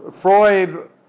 Freud